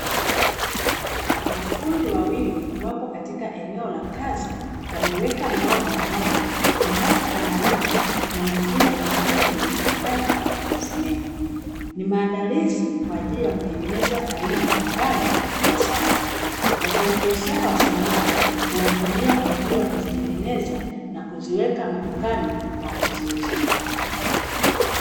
Mafundi wawili wapo katika eneo la kazi wameweka mbao mezani, mmoja anaranda na mwingine anapima na kukata kwa msumeno, ni maandalizi kwa ajili ya kutengeneza aina mbalimbali za samani. Wafanyabiashara wa samani huwatumia kwa ajili ya kuzitengeneza na kuziweka madukani kwa kuziuza.